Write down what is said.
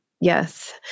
Yes